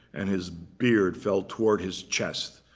and his beard felt toward his chest.